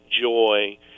joy